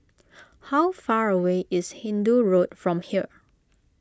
how far away is Hindoo Road from here